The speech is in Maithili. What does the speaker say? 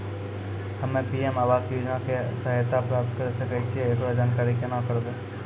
हम्मे पी.एम आवास योजना के सहायता प्राप्त करें सकय छियै, एकरो जानकारी केना करबै?